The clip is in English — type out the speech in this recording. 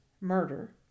Murder